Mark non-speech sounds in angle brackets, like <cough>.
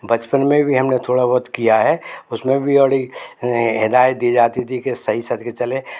बचपन में भी हमने थोड़ा बहुत किया है उसमें भी <unintelligible> हिदायत दी जाती थी कि सही सध के चले